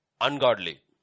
ungodly